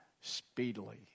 speedily